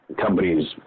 companies